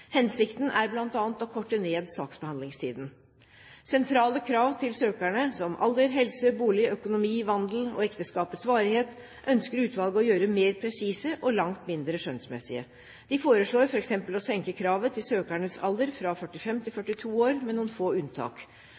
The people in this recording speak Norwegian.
Hensikten er bl.a. å korte ned saksbehandlingstiden. Sentrale krav til søkerne, som alder, helse, bolig, økonomi og vandel og ekteskapets varighet, ønsker utvalget å gjøre mer presise og langt mindre skjønnsmessige. De foreslår f.eks. å senke kravet til søkernes alder fra 45 til 42 år, med noen få unntak.